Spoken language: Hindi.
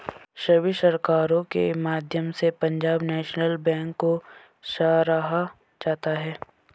सभी सरकारों के माध्यम से पंजाब नैशनल बैंक को सराहा जाता रहा है